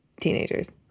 teenagers